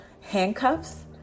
handcuffs